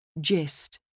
Gist